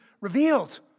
revealed